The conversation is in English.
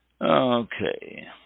Okay